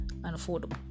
unaffordable